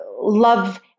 love